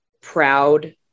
proud